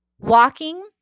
walking